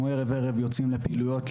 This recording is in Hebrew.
אנחנו ערב-ערב יוצאים לפעילויות,